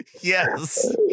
yes